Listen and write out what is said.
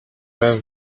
pas